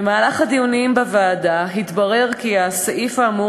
בדיונים בוועדה התברר כי הסעיף האמור